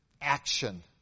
action